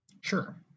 Sure